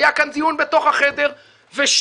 היה כאן דיון בתוך החדר ושם,